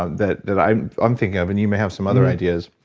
ah that that i'm i'm thinking of, and you may have some other ideas.